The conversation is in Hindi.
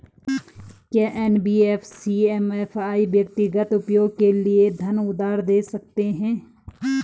क्या एन.बी.एफ.सी एम.एफ.आई व्यक्तिगत उपयोग के लिए धन उधार दें सकते हैं?